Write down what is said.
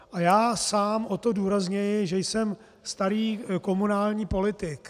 A já sám o to důrazněji, že jsem starý komunální politik.